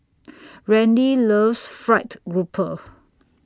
Randy loves Fried Grouper